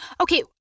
Okay